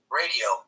radio